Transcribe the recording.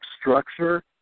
structure